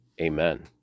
Amen